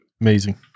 amazing